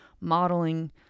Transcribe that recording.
modeling